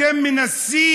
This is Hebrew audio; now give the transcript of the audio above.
אתם מנסים,